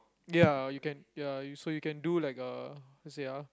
ya you can ya so you do like a how to say ah